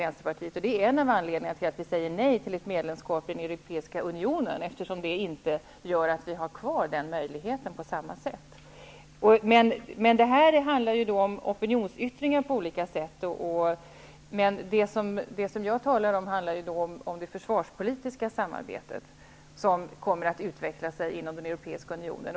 Det är en av anledningarna till att vi säger nej till ett medlemskap i den europeiska unionen, eftersom ett medlemskap skulle innebära att vi inte hade kvar denna möjlighet på samma sätt. Vårt ställningstagande vid konflikter har mera gällt opinionsyttringar, medan jag talade om det försvarspolitiska samarbete som kommer att utveckla sig inom den europeiska unionen.